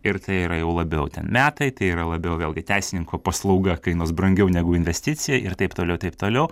ir tai yra jau labiau ten metai tai yra labiau vėlgi teisininko paslauga kainuos brangiau negu investicija ir taip toliau taip toliau